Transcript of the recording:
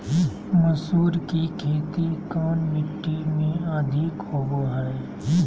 मसूर की खेती कौन मिट्टी में अधीक होबो हाय?